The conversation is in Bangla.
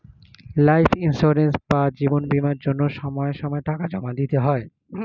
লাইফ ইন্সিওরেন্স বা জীবন বীমার জন্য সময় সময়ে টাকা জমা দিতে হয়